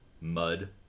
mud